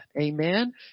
Amen